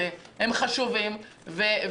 אני חושב שאין חולק על זה שמבחינת הפניות ומבחינת היכולת